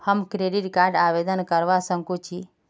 हम credit card आवेदन करवा संकोची?